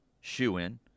shoe-in